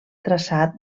traçat